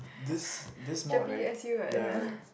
this this mod right the